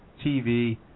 TV